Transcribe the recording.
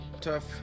Tough